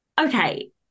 okay